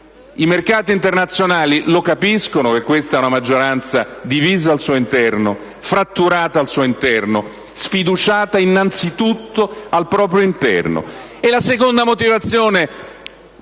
I mercati internazionali lo capiscono che questa è una maggioranza divisa al suo interno, fratturata al suo interno, sfiduciata innanzi tutto al proprio interno. E la seconda motivazione